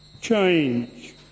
Change